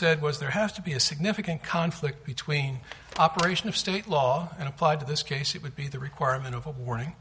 said was there has to be a significant conflict between operation of state law and applied to this case it would be the requirement of a warning